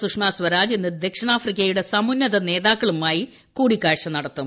സുഷമ സ്വരാജ് ഇന്ന് ദക്ഷിണാഫ്രിക്കയുടെ സമുന്നത നേതാക്കളുമായി കൂടിക്കാഴ്ച നടത്തും